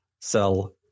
sell